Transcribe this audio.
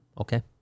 Okay